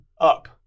up